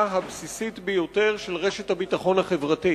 הבסיסית ביותר של רשת הביטחון החברתית,